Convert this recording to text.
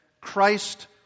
Christ